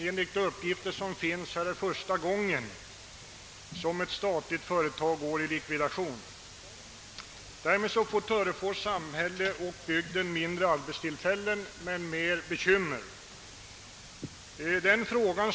Enligt uppgift är det första gången som ett statligt företag går i likvidation. Därmed får Törefors samhälle och bygden däromkring färre arbetstillfällen och mer bekymmer.